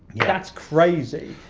that's crazy.